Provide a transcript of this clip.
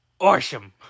awesome